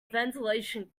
ventilation